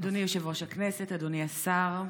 אדוני יושב-ראש הכנסת, אדוני השר,